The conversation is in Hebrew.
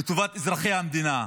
לטובת אזרחי המדינה,